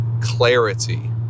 clarity